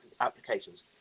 applications